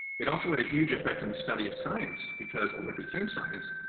it also had a huge effect on the study of science because of what became science,